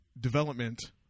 development